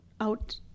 out